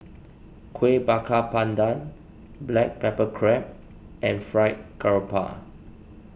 Kueh Bakar Pandan Black Pepper Crab and Fried Garoupa